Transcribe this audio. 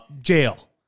jail